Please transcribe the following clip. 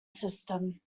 system